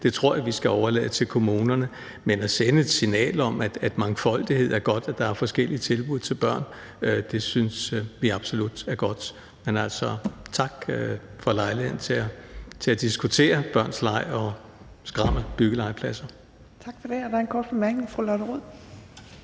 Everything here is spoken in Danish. tror jeg vi skal overlade til kommunerne at afgøre, men at sende et signal om, at mangfoldighed er godt, og at der er forskellige tilbud til børn, synes vi absolut er godt. Men altså, tak for lejligheden til at diskutere børns leg og skrammel- og byggelegepladser. Kl. 15:09 Tredje næstformand (Trine